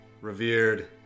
revered